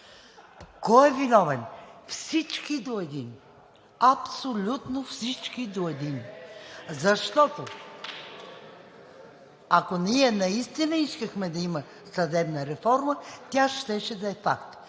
Кой е виновен? Всички до един, абсолютно всички до един, защото, ако ние наистина искахме да има съдебна реформа, тя щеше да